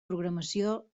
programació